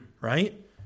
right